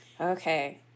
Okay